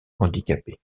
handicapé